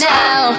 now